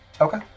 Okay